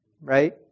right